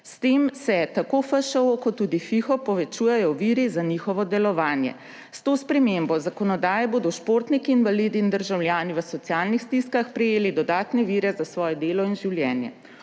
S tem se tako FŠO kot tudi FIHO povečujejo viri za njihovo delovanje. S to spremembo zakonodaje bodo športniki, invalidi in državljani v socialnih stiskah prejeli dodatne vire za svoje delo in življenje.